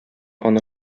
аны